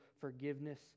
forgiveness